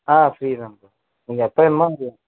ஆ free தான் இப்போது நீங்கள் எப்போ வேணுமோ வந்து